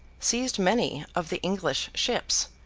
seized many of the english ships,